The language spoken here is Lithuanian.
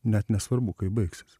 net nesvarbu kaip baigsis